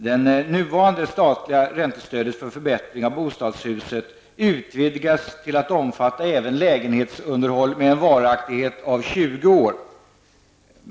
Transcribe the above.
Det nuvarande statliga räntestödet för förbättring av bostadshus utvidgas till att omfatta även lägenhetsunderhåll med en varaktighet på 20 år.